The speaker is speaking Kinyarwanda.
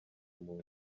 muntu